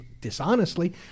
dishonestly